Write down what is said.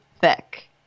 thick